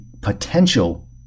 potential